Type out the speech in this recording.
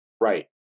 right